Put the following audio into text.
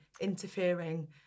interfering